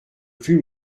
plus